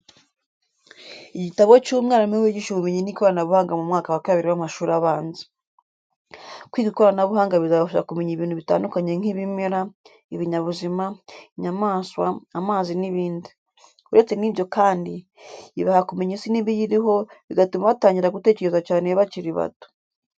Igitabo cy'umwarimu wigisha ubumenyi n'ikoranabuhanga mu mwaka wa kabiri w'amashuri abanza. Kwiga ikoranabuhanga bizabafasha kumenya ibintu bitandukanye nk'ibimera, ibinyabuzima, inyamaswa, amazi n'ibindi. Uretse n'ibyo kandi, ibafaha kumenya isi n'ibiyiriho bigatuma batangira gutekereza cyane bakiri bato.